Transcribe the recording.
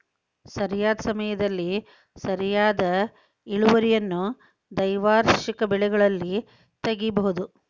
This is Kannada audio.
ಸರಿಯಾದ ಸಮಯದಲ್ಲಿ ಸರಿಯಾದ ಇಳುವರಿಯನ್ನು ದ್ವೈವಾರ್ಷಿಕ ಬೆಳೆಗಳಲ್ಲಿ ತಗಿಬಹುದು